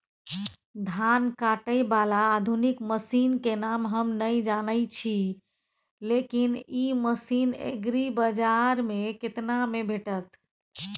धान काटय बाला आधुनिक मसीन के नाम हम नय जानय छी, लेकिन इ मसीन एग्रीबाजार में केतना में भेटत?